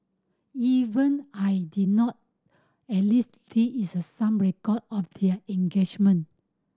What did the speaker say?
even I did not at least there is a some record of their engagement